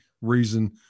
reason